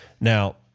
Now